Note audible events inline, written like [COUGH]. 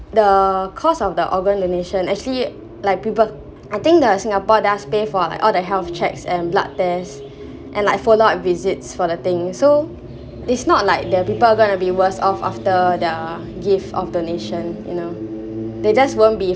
the cost of the organ donation actually like people I think the singapore does pay for like all the health checks and blood test [BREATH] and like follow up visits for the thing so it's not like the people are gonna be worse off after the give of donation you know they just won't be